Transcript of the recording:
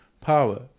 power